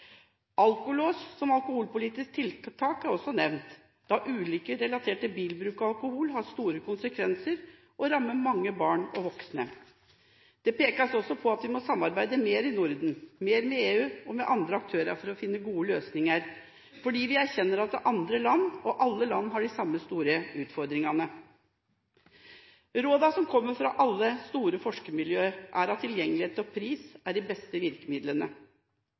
Alkolås som alkoholpolitisk tiltak er også nevnt, da ulykker relatert til bilbruk og alkohol har store konsekvenser og rammer mange barn og voksne. Det pekes også på at vi må samarbeide mer i Norden, mer med EU og med andre aktører for å finne gode løsninger, fordi vi erkjenner at alle land har de samme store utfordringene. Rådet som kommer fra alle store forskermiljøer, er at tilgjengelighet og pris er de beste virkemidlene.